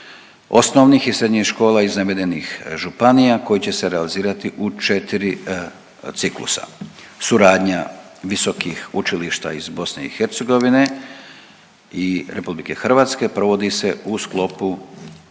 osnovnih i srednjih škola iz navedenih županija koji će se realizirati u 4 ciklusa. Suradnja visokih učilišta iz BiH i RH provodi se u sklopu